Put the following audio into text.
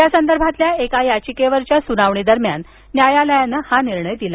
यासंदर्भातल्या एका याचिकेवरील सुनावणीदरम्यान न्यायालयानं हा निर्णय दिला